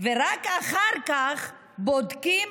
ורק אחר כך בודקים,